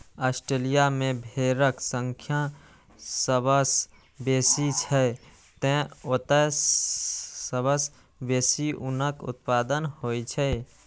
Australia मे भेड़क संख्या सबसं बेसी छै, तें ओतय सबसं बेसी ऊनक उत्पादन होइ छै